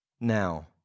now